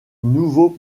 nouveau